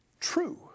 true